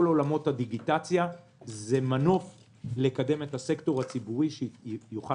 כל עולמות הדיגיטציה זה מנוף לקדם את הסקטור הציבורי שיוכל